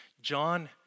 John